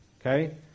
okay